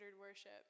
worship